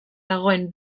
dagoen